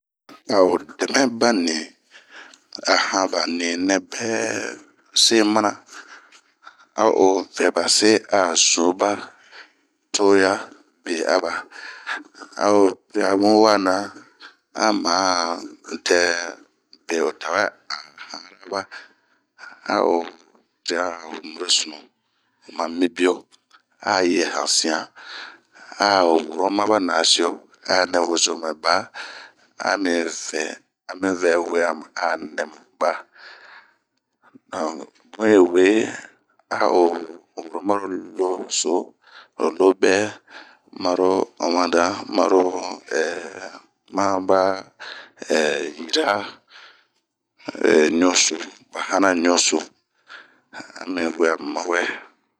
A Odɛmɛ bani ,ahan ninɛ pɛɛ se mana, a'o vɛba se a zun ba co'oya beaba, a'oyi dia bun wana, ao ma dɛ bie odɛmɛraba, ao pria ho ŋirosun, han mibio ayɛ han sian,o woro maba nasio ,ao nɛwozomɛba, amivɛ awe nɛmu ba Bun yi we ao wuro mara loboso, lo maro lobɛɛ, mara, omandan, ba yi,,nuiison a min woro mawɛ